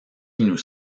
nous